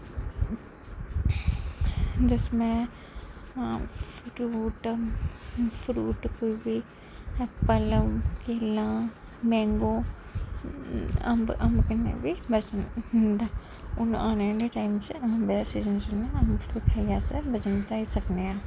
दसमां fruit fruit कोई बी पैह्ला केला मैंगो अम्ब अम्ब कन्नै बी बजन बधदा कन्नै आने आह्ले टाईम च अम्बे दा सीजन शूरू अम्ब पक्के दा खाइयै अस बजन बधाई सकने आं